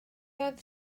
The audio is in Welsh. oedd